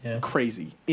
Crazy